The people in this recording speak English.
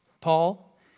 Paul